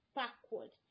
backward